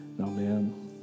Amen